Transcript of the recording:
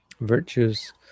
Virtues